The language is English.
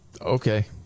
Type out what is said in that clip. Okay